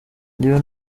njyewe